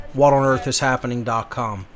whatonearthishappening.com